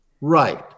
right